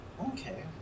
Okay